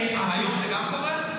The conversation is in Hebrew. גם היום זה קורה?